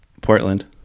Portland